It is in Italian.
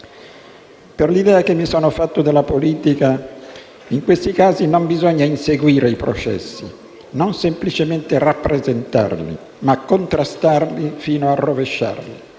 Per l'idea che mi sono fatto della politica, in questi casi non bisogna inseguire i processi, non semplicemente rappresentarli, ma contrastarli, fino a rovesciarli.